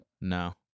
No